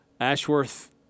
Ashworth